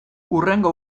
hurrengo